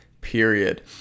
period